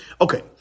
Okay